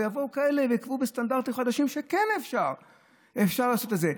אבל יבואו כאלה ויקבעו בסטנדרטים חדשים שכן אפשר לעשות את זה.